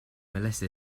melissa